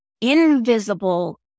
invisible